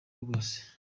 bwose